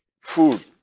food